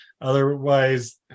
otherwise